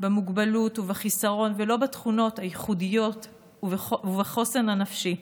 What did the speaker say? במוגבלות ובחיסרון ולא בתכונות הייחודיות ובחוסן הנפשי.